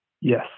Yes